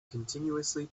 continuously